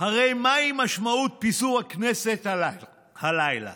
הרי מהי משמעות פיזור הכנסת הלילה